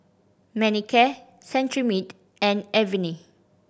Manicare Cetrimide and Avene